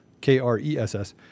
K-R-E-S-S